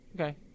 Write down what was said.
Okay